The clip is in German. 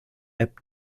app